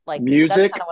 Music